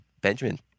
Benjamin